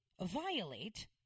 violate